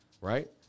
right